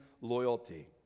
loyalty